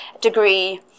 degree